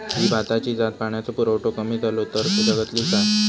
ही भाताची जात पाण्याचो पुरवठो कमी जलो तर जगतली काय?